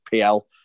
PL